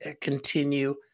continue